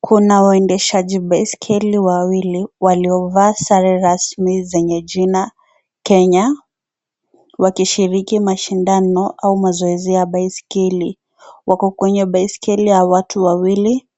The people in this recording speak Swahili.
Kuna waendeshaji baiskeli wawili waliovaa sare rasmi zenye jina Kenya .Wakishiriki mashindano au mazoezi ya baiskeli. Wako kwenye baiskeli ya watu wawili